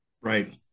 Right